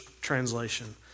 translation